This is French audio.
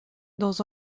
dans